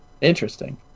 Interesting